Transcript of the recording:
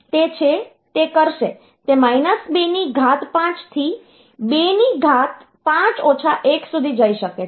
તે છે તે કરશે તે માઈનસ 2 ની ઘાત 5 થી 2 ની ઘાત 5 ઓછા 1 સુધી જઈ શકે છે